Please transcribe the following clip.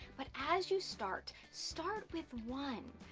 but as you start, start with one,